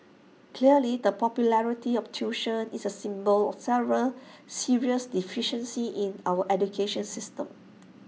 clearly the popularity of tuition is A symptom of several serious deficiencies in our education system